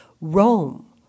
Rome